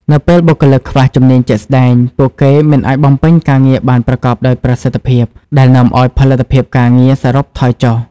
នៅពេលបុគ្គលិកខ្វះជំនាញជាក់ស្តែង ពួកគេមិនអាចបំពេញការងារបានប្រកបដោយប្រសិទ្ធភាព ដែលនាំឱ្យផលិតភាពការងារសរុបថយចុះ។